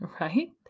right